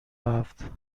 هفت